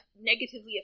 negatively